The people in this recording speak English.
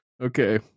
okay